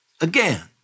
Again